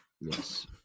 yes